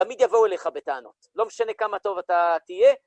תמיד יבואו אליך בטענות, לא משנה כמה טוב אתה תהיה.